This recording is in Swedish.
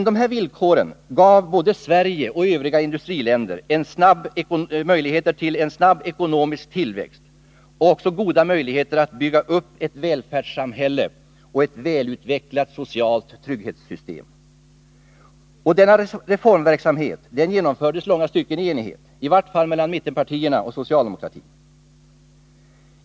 Dessa villkor gav både Sverige och övriga industriländer en snabb ekonomisk tillväxt och goda möjligheter att bygga upp ett välfärdssamhälle med ett välutvecklat socialt trygghetssystem. Denna reformverksamhet genomfördes i långa stycken i enighet, i vart fall mellan mittenpartierna och socialdemokratin.